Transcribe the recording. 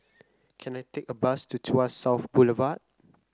can I take a bus to Tuas South Boulevard